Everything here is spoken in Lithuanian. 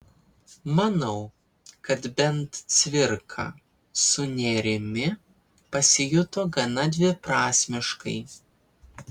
manau kad bent cvirka su nėrimi pasijuto gana dviprasmiškai